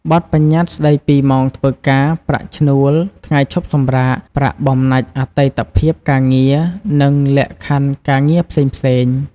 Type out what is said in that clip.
បទប្បញ្ញត្តិស្តីពីម៉ោងធ្វើការ ប្រាក់ឈ្នួល ថ្ងៃឈប់សម្រាក ប្រាក់បំណាច់អតីតភាពការងារ និងលក្ខខណ្ឌការងារផ្សេងៗ។